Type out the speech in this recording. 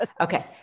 Okay